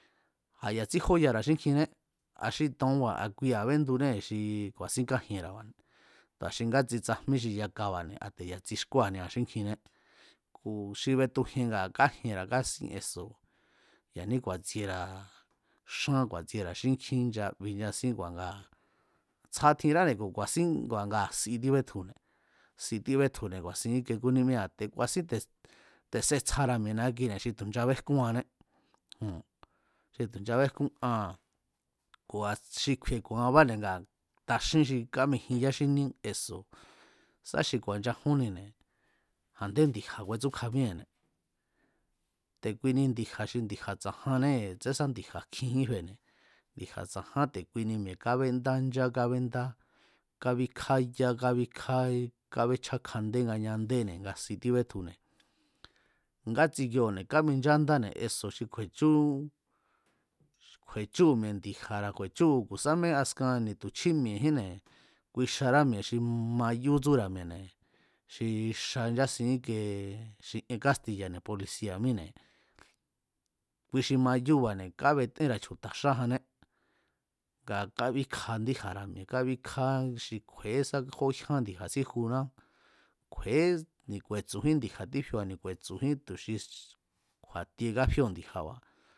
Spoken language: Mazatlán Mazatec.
A̱ ya̱ tsíjóyatra̱ xínkjinné a̱ xi to̱onba̱ a béndunee̱ xi ku̱a̱sín kájienra̱ba̱ne̱ tu̱a xi ngátsi tsajmí xi yakabáne̱ te̱ ya̱ tsixkúáa̱nira̱ xínkjiné, ku̱ xi betujien ngaa̱ kájienra̱ kásín eso̱ ya̱ní ku̱a̱tsiera̱ xán ku̱a̱tsiera̱ xínkjín nchabi nchasín ngua̱ nga tsja tjinrane̱ ku̱ ku̱a̱sín ngua̱ ngaa̱ si tíbetjune̱, si tíbétjune̱ ku̱a̱sin íke kúnímíra̱ te̱ ku̱a̱sín te̱ setsjara̱ mi̱e̱ ni̱a kine̱ xi tu̱ nchabejkúanné jon, xi tu̱ nchabéjkún aa̱n kua̱ xi kju̱i̱ ku̱a̱anbáne̱ ngaa̱ taxín xi kámijin yá xíníé eso̱ sá xi ku̱a̱nchajúnnine̱ a̱ndé ndi̱ja̱ ku̱e̱tsúkja míée̱ne̱ te̱ kuini ndi̱ja̱ xi ndi̱ja̱ tsa̱jánnée̱ tsensá ndi̱ja̱ kjinjín fene̱, ndi̱ja̱ tsa̱ján te̱kuini mi̱e̱ kábendá ncha kábéndá kábíkjá yá kábíkjá, kábechjákjandé ngañandéne̱ nga si tíbétjune̱, ngátsi kioo̱ne̱ káminchádáne̱ eso̱ xi kju̱e̱chú, kju̱e̱chúu̱ mie̱ ndi̱ja̱ra̱ ku̱ sáme askan ni̱ tu̱ chjí mi̱e̱jínne̱ ki xará mi̱e̱ xi mayú tsúra̱ mi̱e̱ne̱ xi xa nchásin íke xi ien kástiya̱ne̱ polisia̱ míne̱, kui xi mayúba̱ne̱ kábetenra̱ chju̱ta̱ xájanné nga kábíkja ndíja̱ra̱ mi̱e̱ kábíkja xi kju̱e̱é sá jó jyán ndi̱ja̱ síjuná, kju̱e̱é ni̱ ku̱e̱tsu̱jín ndi̱ja̱ tífioa̱ ni̱ ku̱e̱tsu̱jín tu̱ xi kju̱a̱tie káfíóo̱ ndi̱ja̱ba̱